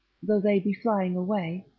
though they be flying away,